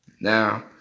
Now